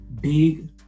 big